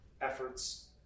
efforts